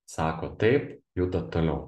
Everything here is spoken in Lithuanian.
sako taip judat toliau